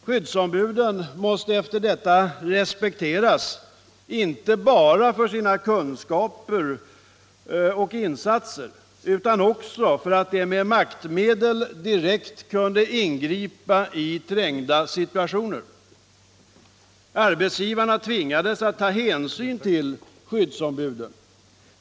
Skyddsombuden måste efter detta respekteras inte bara för sina kunskaper och insatser utan också för att de med maktmedel direkt kunde ingripa i trängda situationer. Arbetsgivarna tvingades att ta hänsyn till skyddsombuden.